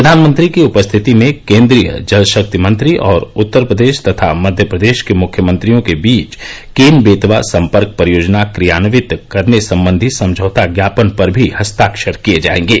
प्रधानमंत्री की उपस्थिति में केन्द्रीय जल शक्ति मंत्री और उत्तर प्रदेश तथा मक्य प्रदेश के मुख्यमंत्रियों के बीच केन वेतवा सपर्क परियोजना क्रियान्वित करने संबंधी समझौता ज्ञापन पर भी हस्ताक्षर किए जाएंगे